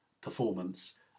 performance